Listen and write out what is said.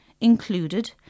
included